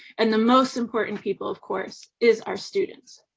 and the most important people of course, is our students.